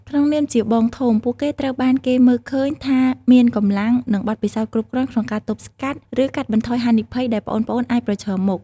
ក្នុងនាមជាបងធំ ពួកគេត្រូវបានគេមើលឃើញថាមានកម្លាំង និងបទពិសោធន៍គ្រប់គ្រាន់ក្នុងការទប់ស្កាត់ ឬកាត់បន្ថយហានិភ័យដែលប្អូនៗអាចប្រឈមមុខ។